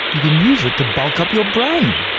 you can use it to bulk up your brain.